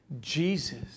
Jesus